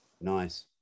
Nice